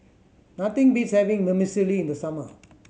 nothing beats having Vermicelli in the summer